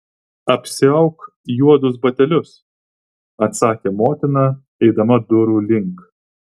apsiauk juodus batelius atsakė motina eidama durų link